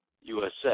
USA